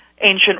ancient